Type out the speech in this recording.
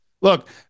Look